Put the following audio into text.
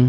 ៗ។